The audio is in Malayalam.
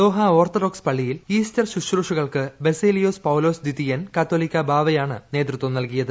ദോഹ ഓർത്തഡോക്സ് പള്ളിയിൽ ഈസ്റ്റർ ശുശ്രൂഷകൾക്ക് ബസേലിയോസ് പൌലോസ് ദ്വിതിയൻ കാത്തോലിക്കാ ബാവയാണ് നേതൃത്വം നൽകിയത്